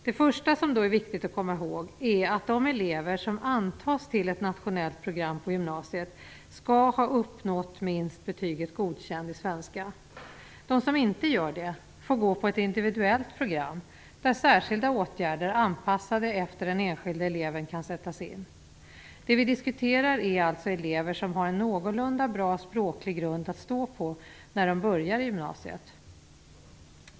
Det första som då är viktigt att komma ihåg är att de elever som antas till ett nationellt program på gymnasiet skall ha uppnått minst betyget godkänd i svenska. De som inte gör det får gå på ett individuellt program där särskilda åtgärder, anpassade efter den enskilde eleven, kan sättas in. Det vi diskuterar är alltså elever som har en någorlunda bra språklig grund att stå på när de börjar gymnasiet.